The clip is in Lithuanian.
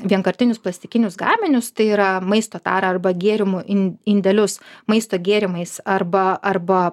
vienkartinius plastikinius gaminius tai yra maisto tarą arba gėrimų in indelius maisto gėrimais arba arba